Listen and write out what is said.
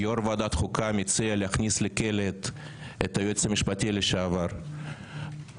שיושב-ראש ועדת חוקה מציע להכניס לכלא את היועץ המשפטי לשעבר לממשלה,